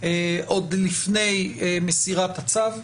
עוד לפני מסירת הצו,